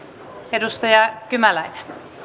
edustaja kymäläinen arvoisa